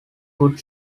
good